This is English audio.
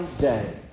day